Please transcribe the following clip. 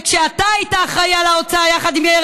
וכשאתה היית אחראי לאוצר יחד עם יאיר